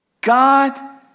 God